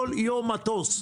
כל יום מטוס.